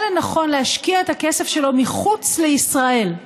לנכון להשקיע את הכסף שלו מחוץ לישראל,